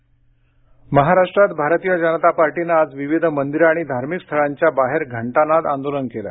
भाजपा आंदोलन महाराष्ट्रात भारतीय जनता पक्षानं आज विविध मंदिरं आणि धार्मिक स्थळांच्या बाहेर घंटानाद आंदोलन केलं